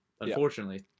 unfortunately